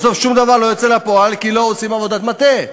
ובסוף שום דבר לא יוצא לפועל כי לא עושים עבודת מטה.